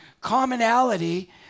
commonality